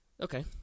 Okay